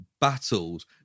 battles